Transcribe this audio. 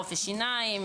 רופאי שיניים,